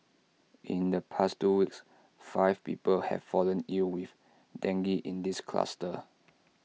in the past two weeks five people have fallen ill with dengue in this cluster